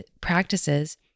practices